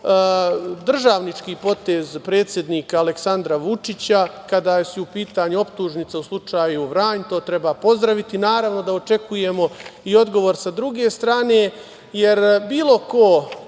Državnički potez predsednika Aleksandra Vučića, kada su u pitanju optužnica u slučaju Vranj, to treba pozdraviti. Naravno da očekujemo i odgovor sa druge strane, jer bilo ko